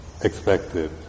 expected